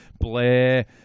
Blair